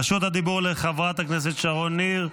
רשות הדיבור לחברת הכנסת שרון ניר.